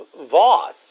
Voss